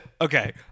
Okay